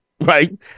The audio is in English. right